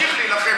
תודה רבה לך,